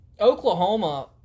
Oklahoma